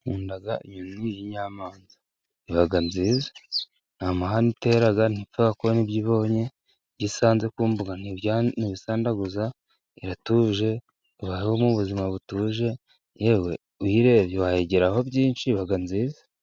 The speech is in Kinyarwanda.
Nkunda inyoni y'inyamanza, iba nziza, nta mahane itera, ntipfa kubona ibyo ibonye, ibyo isanze ku mbuga ntibisandaguza, iratuje, ibayeho mu buzima butuje, yewe uyirebye wayigiraho byinshi, iba nziza.